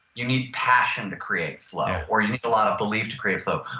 you need passion to create flow, or you need a lot of belief to create flow,